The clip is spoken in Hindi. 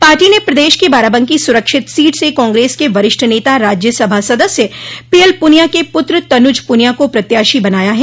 पार्टी ने प्रदेश की बाराबंकी सुरक्षित सीट से कांग्रेस के वरिष्ठ नेता राज्य सभा सदस्य पीएलपुनिया के पुत्र तनुज पुनिया को प्रत्याशी बनाया है